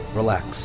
relax